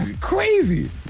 Crazy